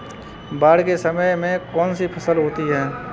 बाढ़ के समय में कौन सी फसल होती है?